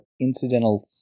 incidental